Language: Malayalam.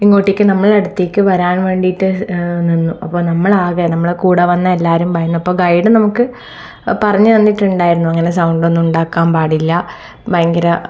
ഇങ്ങോട്ടേക്ക് നമ്മളുടെ അടുത്തേക്ക് വരാൻ വേണ്ടിട്ട് നിന്നു അപ്പോൾ നമ്മളാകെ നമ്മളുടെ കൂടെ വന്ന എല്ലാവരും ഭയന്നപ്പോൾ ഗൈഡ് നമുക്ക് പറഞ്ഞ് തന്നിട്ടുണ്ടായിരുന്നു അങ്ങനെ സൗണ്ട് ഒന്നും ഉണ്ടാക്കാൻ പാടില്ല ഭയങ്കര